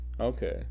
Okay